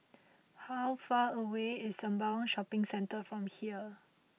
how far away is Sembawang Shopping Centre from here